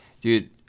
dude